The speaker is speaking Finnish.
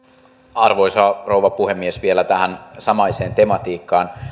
arvoisa rouva puhemies vielä tähän samaiseen tematiikkaan